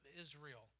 Israel